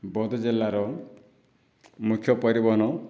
ବୌଦ୍ଧ ଜିଲ୍ଲାର ମୁଖ୍ୟ ପରିବହନ